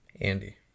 Andy